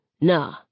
Nah